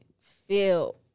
feel